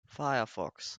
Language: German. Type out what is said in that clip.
firefox